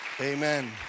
Amen